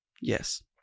yes